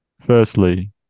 Firstly